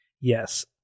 Yes